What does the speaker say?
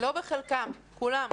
לא בחלקם, כולם.